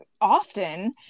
often